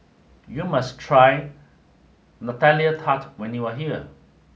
you must try Nutella Tart when you are here